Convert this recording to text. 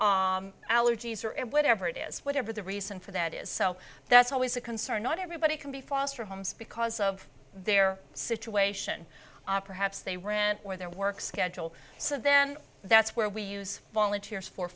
or allergies or and whatever it is whatever the reason for that is so that's always a concern not everybody can be foster homes because of their situation on perhaps they ran or their work schedule so then that's where we use volunteers for